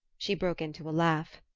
she broke into a laugh.